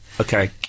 Okay